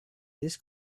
this